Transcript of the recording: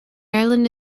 island